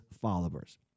followers